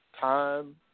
time